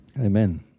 Amen